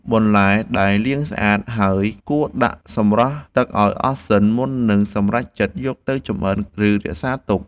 បន្លែដែលលាងស្អាតហើយគួរដាក់សម្រស់ទឹកឱ្យអស់សិន មុននឹងសម្រេចចិត្តយកទៅចម្អិន ឬរក្សាទុក។